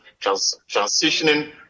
transitioning